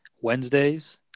Wednesdays